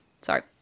sorry